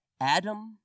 Adam